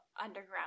underground